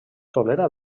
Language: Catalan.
tolera